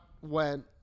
went